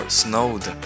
snowed